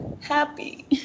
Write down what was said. Happy